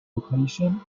location